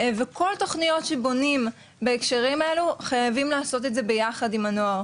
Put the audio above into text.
התוכניות האלו אכן יעילות,